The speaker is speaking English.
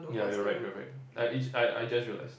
yeah you're right you're right I just realised